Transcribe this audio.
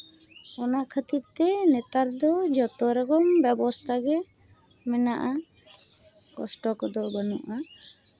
ᱚᱱᱟ ᱠᱷᱟᱹᱛᱤᱨ ᱛᱮ ᱱᱮᱛᱟᱨ ᱫᱚ ᱡᱚᱛᱚ ᱨᱚᱠᱚᱢ ᱵᱮᱵᱚᱥᱛᱷᱟ ᱜᱮ ᱢᱮᱱᱟᱜᱼᱟ ᱠᱚᱥᱴᱚ ᱠᱚᱫᱚ ᱵᱟᱹᱱᱩᱜᱼᱟ